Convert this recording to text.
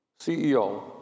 CEO